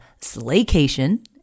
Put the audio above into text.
Slaycation